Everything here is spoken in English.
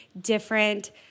different